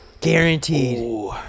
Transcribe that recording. Guaranteed